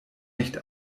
nicht